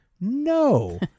no